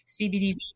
cbd